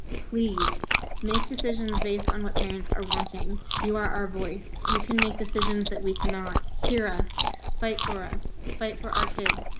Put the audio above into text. please make decisions based on what parents are watching. you are voice. you can make decisions that we cannot hear us fight for us. fight for our kids,